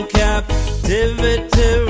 captivity